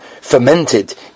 fermented